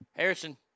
Harrison